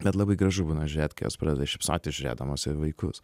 bet labai gražu būna žiūrėt kai jos pradeda šypsotis žiūrėdamos į vaikus